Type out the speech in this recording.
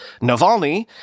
Navalny